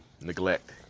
neglect